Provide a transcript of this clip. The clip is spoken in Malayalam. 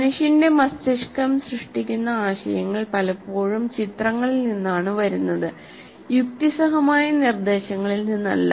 മനുഷ്യന്റെ മസ്തിഷ്കം സൃഷ്ടിക്കുന്ന ആശയങ്ങൾ പലപ്പോഴും ചിത്രങ്ങളിൽ നിന്നാണ് വരുന്നത് യുക്തിസഹമായ നിർദേശങ്ങളിൽ നിന്നല്ല